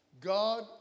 God